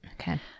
Okay